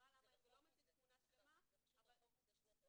זה פשוט רחוק מזה שנות אור.